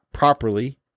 Properly